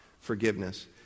forgiveness